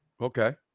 Okay